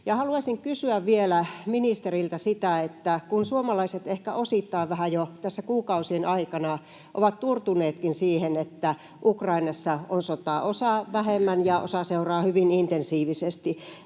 haluaisin kysyä vielä ministeriltä: kun suomalaiset ehkä osittain vähän jo tässä kuukausien aikana ovat turtuneetkin siihen, että Ukrainassa on sota, osa vähemmän ja osa seuraa hyvin intensiivisesti,